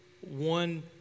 one